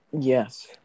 Yes